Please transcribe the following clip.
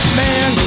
man